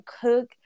cook